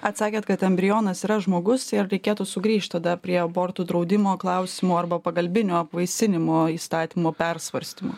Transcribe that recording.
atsakėt kad embrionas yra žmogus ir reikėtų sugrįžt tada prie abortų draudimo klausimo arba pagalbinio apvaisinimo įstatymo persvarstymo